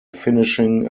finishing